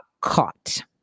caught